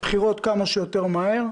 בחירות כמה שיותר מהר,